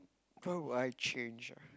what would I change ah